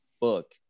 book